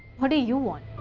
what do you want?